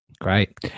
great